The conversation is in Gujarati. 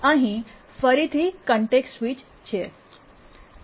અહીં ફરીથી કોન્ટેક્સ્ટ સ્વિચ છે